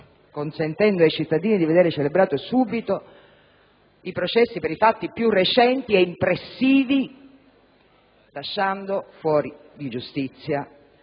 consentendo ai cittadini di vedere celebrati subito i processi per i fatti più recenti e impressivi, lasciando fuori di giustizia